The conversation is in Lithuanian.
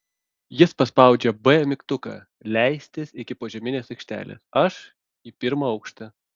jis paspaudžia b mygtuką leistis iki požeminės aikštelės aš į pirmą aukštą